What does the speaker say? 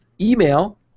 email